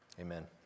amen